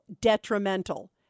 detrimental